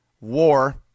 War